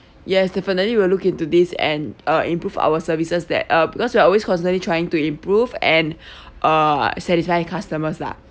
yes definitely will look into this and uh improve our services that uh because we are always constantly trying to improve and uh satisfy customers lah